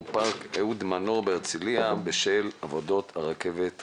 פארק אהוד מנור בהרצליה בשל עבודות הרכבת הקלה.